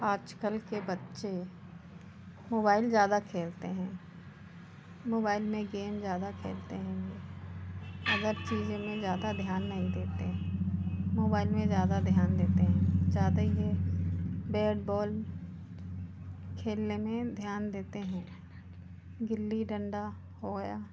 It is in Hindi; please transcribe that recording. आज कल के बच्चे मोबाईल ज़्यादा खेलते हैं मोबाईल में गेम ज़्यादा खेलते हैं अलग चीज़ें में ज़्यादा ध्यान नहीं देते हैं मोबाईल में ज़्यादा ध्यान देते हैं ज़्यादा ही देर बेट बॉल खेलने में ध्यान देते हैं गिल्ली डंडा हो या